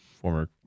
former